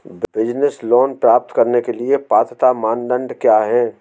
Business loan प्राप्त करने के लिए पात्रता मानदंड क्या हैं?